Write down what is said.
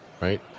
right